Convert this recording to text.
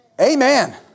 Amen